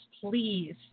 please